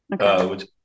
Okay